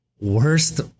Worst